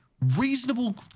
reasonable